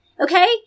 Okay